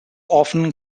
often